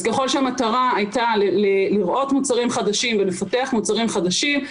אז ככל שהמטרה הייתה לראות מוצרים חדשים ולפתח מוצרים חדשים,